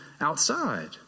outside